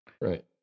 Right